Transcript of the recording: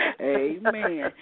Amen